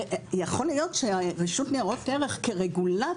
הרי יכול להיות שרשות נירות ערך כרגולטור